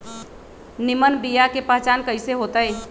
निमन बीया के पहचान कईसे होतई?